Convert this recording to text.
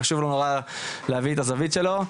חשוב לו נורא להביא את הזווית שלו.